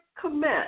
commit